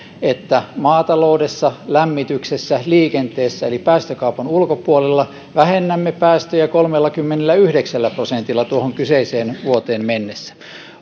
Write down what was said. että maataloudessa lämmityksessä ja liikenteessä eli päästökaupan ulkopuolella vähennämme päästöjä kolmellakymmenelläyhdeksällä prosentilla tuohon kyseiseen vuoteen mennessä